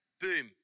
Boom